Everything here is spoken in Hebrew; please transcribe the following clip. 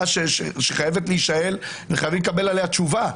שחייבות להישאל וחייבים לקבל עליהן תשובות,